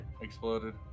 Exploded